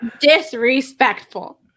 Disrespectful